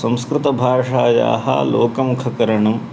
संस्कृतभाषायाः लोकमुखकरणम्